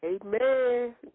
Amen